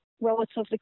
relatively